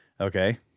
Okay